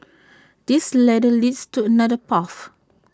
this ladder leads to another path